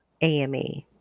AME